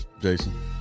Jason